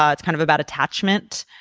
ah it's kind of about attachment,